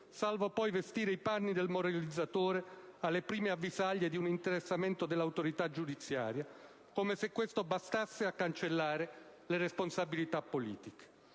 salvo poi vestire i panni del moralizzatore alle prime avvisaglie di un interessamento dell'autorità giudiziaria, come se questo bastasse a cancellare le responsabilità politiche.